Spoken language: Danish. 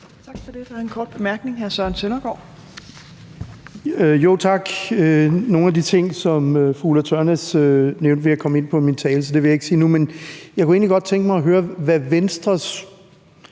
Hr. Søren Søndergaard. Kl. 17:43 Søren Søndergaard (EL): Tak. Nogle af de ting, som fru Ulla Tørnæs nævnte, vil jeg komme ind på i min tale, så det vil jeg ikke gøre nu. Men jeg kunne egentlig godt tænke mig at høre, hvad Venstres